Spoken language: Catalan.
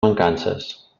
mancances